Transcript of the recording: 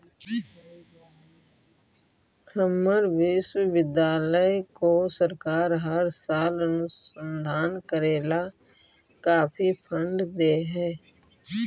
हमर विश्वविद्यालय को सरकार हर साल अनुसंधान करे ला काफी फंड दे हई